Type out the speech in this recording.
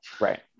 right